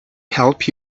help